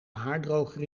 haardroger